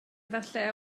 efallai